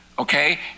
Okay